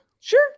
Sure